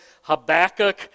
Habakkuk